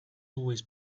always